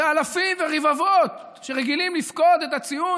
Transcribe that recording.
ואלפים ורבבות שרגילים לפקוד את הציון